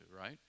right